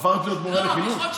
הפכת להיות מורה לחינוך?